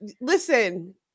listen